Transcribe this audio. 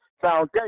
foundation